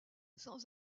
sans